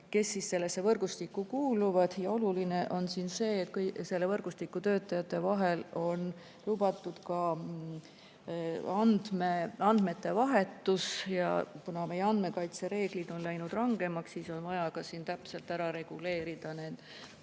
kes sellesse võrgustikku kuuluvad. Oluline on siin see, et selle võrgustiku töötajate vahel on lubatud ka andmete vahetus, ja kuna meie andmekaitsereeglid on läinud rangemaks, siis on vaja ka siin täpselt ära reguleerida need